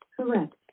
Correct